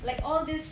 like all these